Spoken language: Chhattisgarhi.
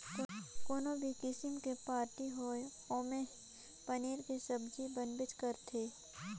कोनो भी किसिम के पारटी होये ओम्हे पनीर के सब्जी बनबेच करथे